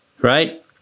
right